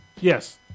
Yes